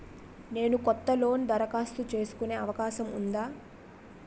నేను కొత్త లోన్ దరఖాస్తు చేసుకునే అవకాశం ఉందా?